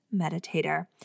meditator